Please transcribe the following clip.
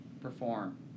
perform